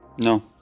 No